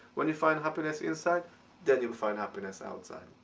when you find happiness inside then you will find happiness outside.